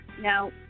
Now